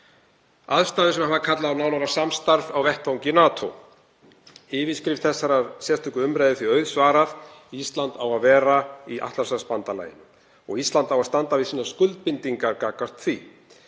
aðstæður sem hafa kallað á nánara samstarf á vettvangi NATO. Yfirskrift þessarar sérstöku umræðu er því auðsvarað: Ísland á að vera í Atlantshafsbandalaginu og Ísland á að standa við skuldbindingar sínar gagnvart því.